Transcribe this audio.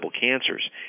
cancers